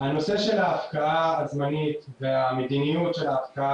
הנושא של ההפקעה הזמנית והמדיניות של ההפקעה